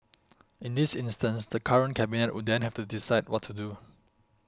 in this instance the current Cabinet would then have to decide what to do